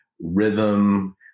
rhythm